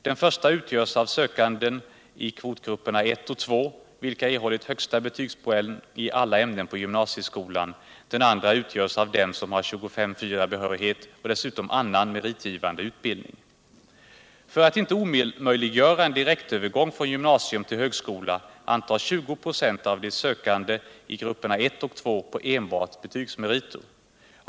Den första utgörs av sökande i kvotgrupperna I och II, vilka erhållit högsta betygspoäng i alla ämnen på gymnasieskolan. Den andra utgörs av dem som har 25:4-behörighet och dessutom annan meritgivande utbildning. För att inte omöjliggöra en diréktövergång från gymnasium till högskola antas 20 26 av de sökande i grupperna I och II på enbart betygsmeriter.